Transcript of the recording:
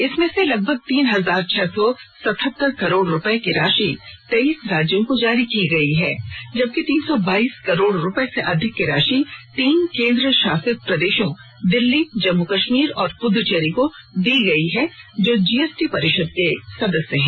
इसमें से लगभग तीन हजार छह सौ सतहत्तर करोड़ रुपये की राशि तेईस राज्यों को जारी की गई है जबकि तीन सौ बाईस करोड़ रुपये से अधिक की राशि तीन केंद्रशासित प्रदेशों दिल्ली जम्मू कश्मीर और पुदुच्चेरी को दी गई है जो जीएसटी परिषद के सदस्य हैं